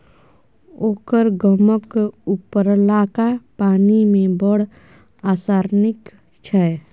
ओकर गामक उपरलका पानि मे बड़ आर्सेनिक छै